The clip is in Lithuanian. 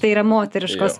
tai yra moteriškos